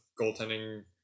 goaltending